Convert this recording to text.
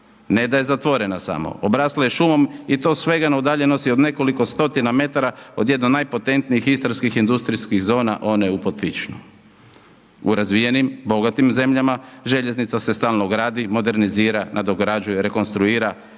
Ne da je zatvorena samo, obrasla je šumom i to svega na udaljenosti od nekoliko 100-tina metara od jedno od najpotentnijih Istarskih industrijskih zona one u Potpićanu, u razvijenim, bogatim zemljama, željeznica se stalno gradi, modernizira, nadograđuje, rekonstruira,